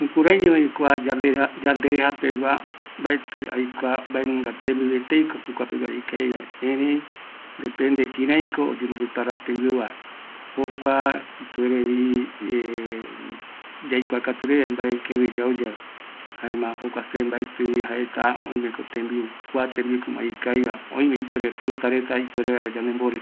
﻿Jukuaiñovi kua yandereja yanderejapegua, mbaetɨ aikua mbaenunga tembiu eteiko jokua peguara ikaviva, erei ndepende kïraiko oyembo prepara tembiuva jokua ipuerevi ˂hesitation˃ yaikuatu reve mbae kirai yau yave jaema jokua se mbaetɨvi jaeta oimeko tembiu kua tembiuko ma ikaviva oime ipuere fruta reta ipuere vaera yandemborita